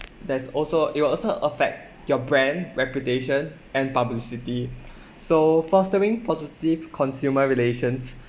there's also it will also affect your brand reputation and publicity so fostering positive consumer relations